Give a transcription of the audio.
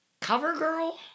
CoverGirl